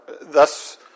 thus